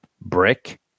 Brick